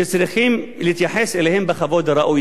וצריכים להתייחס אליהם בכבוד הראוי.